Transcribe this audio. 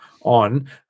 on